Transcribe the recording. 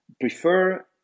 prefer